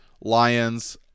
Lions